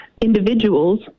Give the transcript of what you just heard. individuals